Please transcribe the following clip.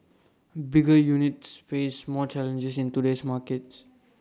bigger units face more challenges in today's market